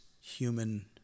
human